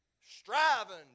striving